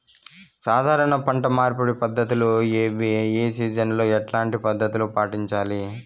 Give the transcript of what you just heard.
సాధారణ పంట మార్పిడి పద్ధతులు ఏవి? ఏ సీజన్ లో ఎట్లాంటి పద్ధతులు పాటించాలి?